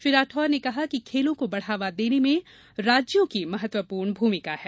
श्री राठौड़ ने कहा कि खेलों को बढ़ावा देने में राज्यों की महत्वपूर्ण भूमिका है